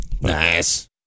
Nice